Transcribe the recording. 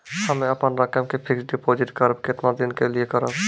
हम्मे अपन रकम के फिक्स्ड डिपोजिट करबऽ केतना दिन के लिए करबऽ?